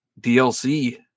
DLC